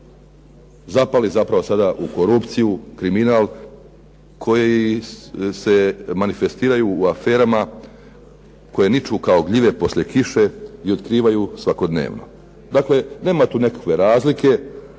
zapali zapravo sada u korupciju, kriminal koji se manifestiraju u aferama koje niču kao gljive poslije kiše i otkrivaju svakodnevno. Dakle, nema tu nekakve razlike.